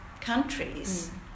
countries